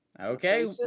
Okay